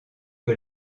que